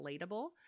relatable